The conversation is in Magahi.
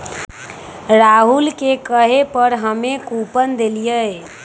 राहुल के कहे पर हम्मे कूपन देलीयी